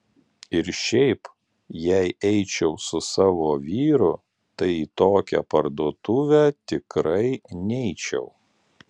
ir šiaip jei eičiau su savo vyru tai į tokią parduotuvę tikrai neičiau